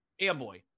Amboy